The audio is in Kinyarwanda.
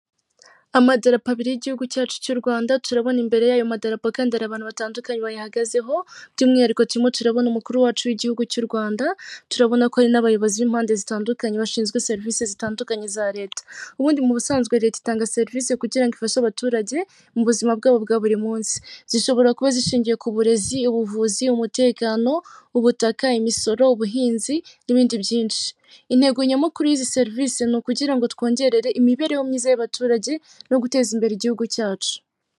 Amaderapo abiri y'igihugu cyacu cy'u Rwanda turabona imbere y'ayo madarapaganderi abantu batandukanye bayihagazeho by'umwihariko kirimo turabona umukuru wacu w'igihugu cy'u Rwanda turabona ko hari n'abayobozi b'impande zitandukanye bashinzwe serivisi zitandukanye za leta. Ubundi mu busanzwe leta itanga serivisi kugira ifashe abaturage mu buzima bwabo bwa buri munsi zishobora kuba zishingiye ku burezi ubuvuzi umutekano ubutaka imisoro ubuhinzi n'ibindi byinshi intego nyamukuru y'izi serivisi ni ukugira ngo twongerere imibereho myiza y'abaturage no guteza imbere igihugu cyacu.